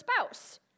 spouse